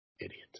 Idiot